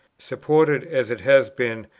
supported, as it has been,